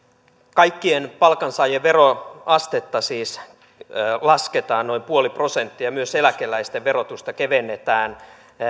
kaikkien palkansaajien veroastetta siis lasketaan noin puoli prosenttia myös eläkeläisten verotusta kevennetään